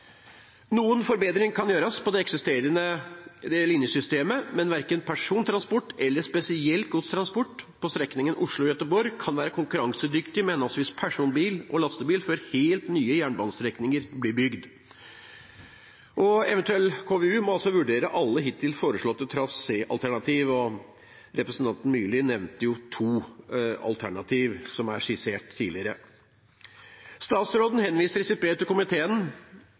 Noen forbedringer kan gjøres på det eksisterende linjesystemet, men verken persontransport eller spesielt godstransport på strekningen Oslo–Göteborg kan være konkurransedyktig med henholdsvis personbil og lastebil før helt nye jernbanestrekninger blir bygd. En eventuell KVU må vurdere alle hittil foreslåtte traséalternativer, og representanten Myrli nevnte jo to alternativer, som er skissert tidligere. Statsråden henviser i sitt brev til komiteen